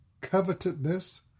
covetousness